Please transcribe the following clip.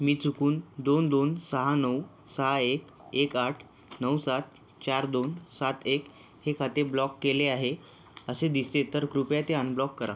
मी चुकून दोन दोन सहा नऊ सहा एक एक आठ नऊ सात चार दोन सात एक हे खाते ब्लॉक केले आहे असे दिसते तर कृपया ते अनब्लॉक करा